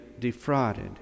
defrauded